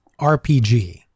RPG